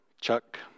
Chuck